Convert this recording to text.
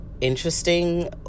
interesting